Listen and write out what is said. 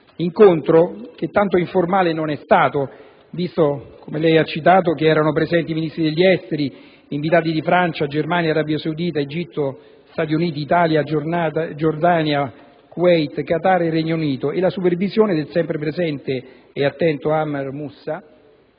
incontro che tanto informale non è stato visto che, come lei ha citato, erano presenti Ministri degli esteri ed inviati di Francia, Germania, Arabia Saudita, Egitto, Stati Uniti, Italia, Giordania, Kuwait, Qatar e Regno Unito con la supervisione del sempre presente e attento Amr Moussa,